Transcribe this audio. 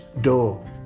door